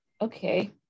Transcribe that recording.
okay